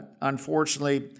unfortunately